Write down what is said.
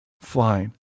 flying